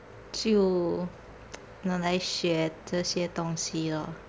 就拿来学这些东西 lor